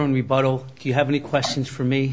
only bottle you have any questions for me